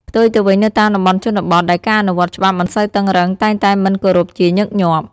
ផ្ទុយទៅវិញ នៅតាមតំបន់ជនបទ ដែលការអនុវត្តច្បាប់មិនសូវតឹងរ៉ឹងតែងតែមិនគោរពជាញឹកញាប់។